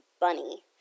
bunny